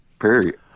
Period